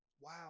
Wow